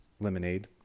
lemonade